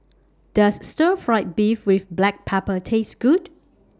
Does Stir Fry Beef with Black Pepper Taste Good